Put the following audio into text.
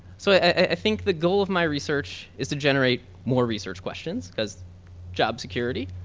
so i think the goal of my research is to generate more research questions because job security.